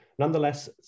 Nonetheless